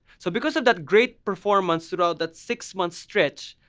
so because of that great performance throughout that six-month stretch,